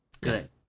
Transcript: Good